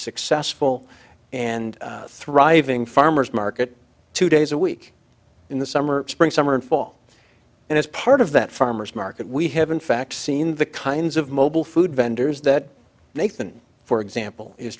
successful and thriving farmer's market two days a week in the summer spring summer and fall and as part of that farmer's market we have in fact seen the kinds of mobile food vendors that nathan for example is